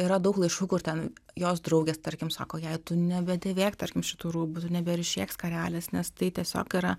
yra daug laiškų kur ten jos draugės tarkim sako jai tu nebedėvėk tarkim šitų rūbų tu neberyšėk skarelės nes tai tiesiog yra